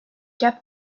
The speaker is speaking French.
cape